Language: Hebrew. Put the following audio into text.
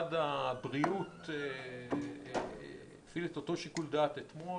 משרד הבריאות הפעיל את אותו שיקול דעת אתמול.